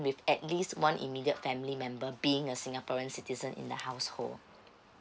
with at least one immediate family member being a singaporean citizen in the household